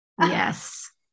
Yes